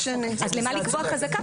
אז למה לקבוע חזקה?